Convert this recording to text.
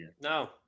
No